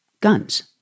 guns